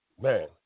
man